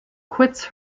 quits